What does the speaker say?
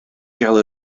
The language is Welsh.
gael